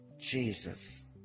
Jesus